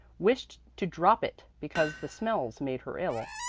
wished to drop it because the smells made her ill.